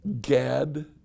Gad